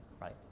right